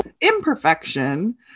imperfection